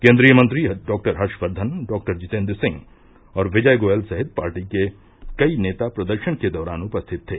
केन्द्रीय मंत्री doctor Harsh Vardhan doctor Jitendra Singh और विजय गोयल सहित पार्टी के कई नेता प्रदर्शन के दौरान उपस्थित थे